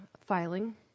filing